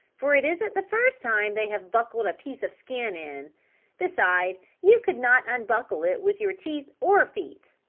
for it isn't the first time they have buckled a piece of skin in beside you could not unbuckle it with your teeth or feet.